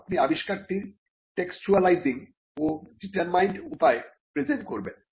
আপনি আবিষ্কারটির টেক্সটুয়ালাইজিং ও ডিটারমাইন্ড উপায় প্রেজেন্ট করবেন